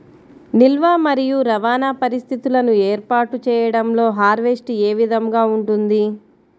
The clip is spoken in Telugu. నిల్వ మరియు రవాణా పరిస్థితులను ఏర్పాటు చేయడంలో హార్వెస్ట్ ఏ విధముగా ఉంటుంది?